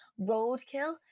roadkill